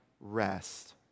rest